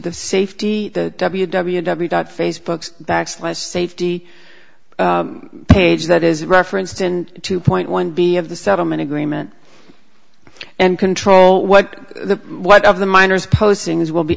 the safety the w w w dot facebook's backslides safety page that is referenced in two point one b of the settlement agreement and control what the what of the minors postings will be